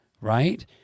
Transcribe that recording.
right